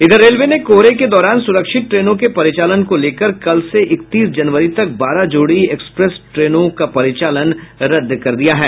इधर रेलवे ने कोहरे के दौरान सुरक्षित ट्रेनों के परिचालन को लेकर कल से इकतीस जनवरी तक बारह जोड़ी एक्सप्रेस ट्रेनों का परिचालन रद्द कर दिया गया है